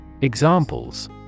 Examples